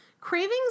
Cravings